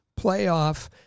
playoff